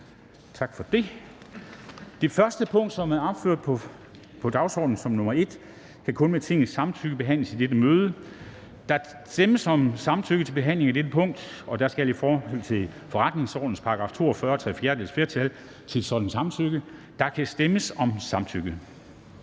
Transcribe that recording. Dam Kristensen): Den sag, som er opført på dagsordenen under punkt 1, kan kun med Tingets samtykke behandles i dette møde. Der stemmes om samtykke til behandling af dette punkt, og der skal i forhold til forretningsordenens § 42 tre fjerdedeles flertal til sådan et samtykke.